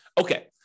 Okay